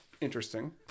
interesting